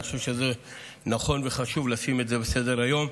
אני חושב שזה נכון וחשוב לשים את זה על סדר-היום.